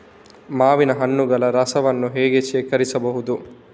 ಮಾವಿನ ಹಣ್ಣುಗಳ ರಸವನ್ನು ಹೇಗೆ ಶೇಖರಿಸಬಹುದು?